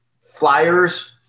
flyers